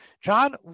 John